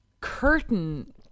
Curtain